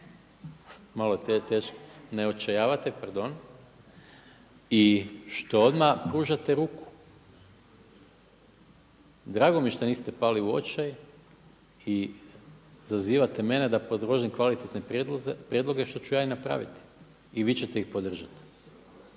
drugo što ne očajavate i što odmah pružate ruku. Drago mi je što niste pali u očaj i zazivate mene da podržim kvalitetne prijedloge što ću ja i napraviti i vi ćete ih podržati.